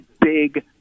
big